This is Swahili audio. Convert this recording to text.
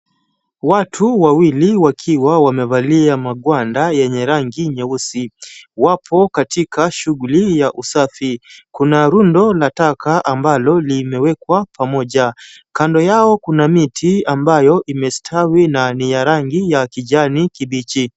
Watu wawili wakiwa wamevalia magwanda yenye rangi nyeusi. Wapo katika shughuli ya usafi. Kuna rundo la taka ambalo limewekwa pamoja. Kando yao kuna miti ambayo imestawi na ni ya rangi ya kijani kibichi.